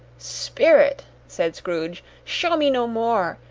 spirit! said scrooge, show me no more!